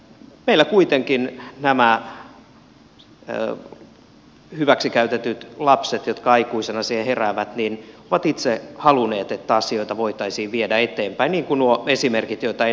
meillä kuitenkin nämä hyväksikäytetyt lapset jotka aikuisina siihen heräävät ovat itse halunneet että asioita voitaisiin viedä eteenpäin niin kuin osoittavat nuo esimerkit joita edellä toin